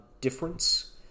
difference